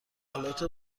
آلات